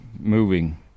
Moving